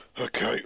Okay